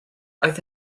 oedd